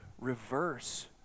reverse